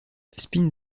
spin